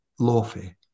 lawfare